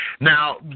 Now